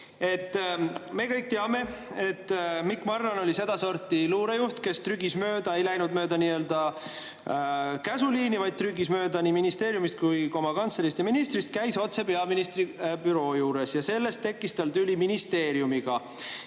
Me kõik teame, et Mikk Marran oli sedasorti luurejuht, kes trügis mööda, ei läinud mööda käsuliini, vaid trügis mööda nii ministeeriumist kui ka oma kantseleist ja ministrist, käis otse peaministri büroos ja sellest tekkis tal tüli ministeeriumiga.